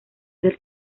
del